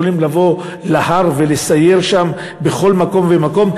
יכולים לבוא להר ולסייר שם בכל מקום ומקום?